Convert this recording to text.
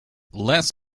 less